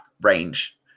range